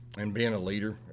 and being a leader.